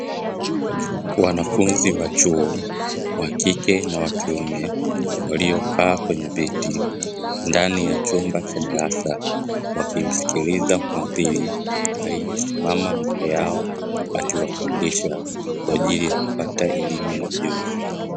Wanafunzi wa chuo wa kike na wa kiume, waliokaa kwenye viti ndani ya chumba cha darasa wakimsikiliza mhadhiri aliyesimama mbele yao akiwafundisha kwa ajili ya kupata elimu na ujuzi.